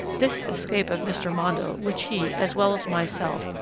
this escape of mr. mondle, which he, as well as myself,